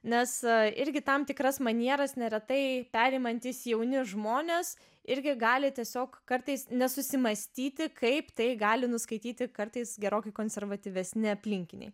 nes irgi tam tikras manieras neretai perimantys jauni žmonės irgi gali tiesiog kartais nesusimąstyti kaip tai gali nuskaityti kartais gerokai konservatyvesni aplinkiniai